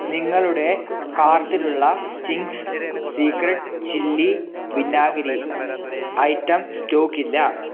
നിങ്ങളുടെ കാർട്ടിലുള്ള Ching's secret chilli വിനാഗിരി ഐറ്റം സ്റ്റോക്ക് ഇല്ല